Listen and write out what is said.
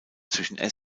zwischen